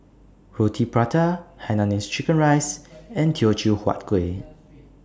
Roti Prata Hainanese Curry Rice and Teochew Huat Kueh